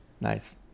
Nice